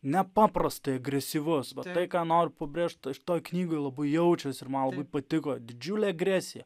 nepaprastai agresyvus tai ką noriu pabrėžt šitoj knygoj labai jaučias ir man labai patiko didžiulė agresija